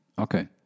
Okay